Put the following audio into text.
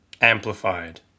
amplified